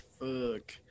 fuck